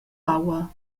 aua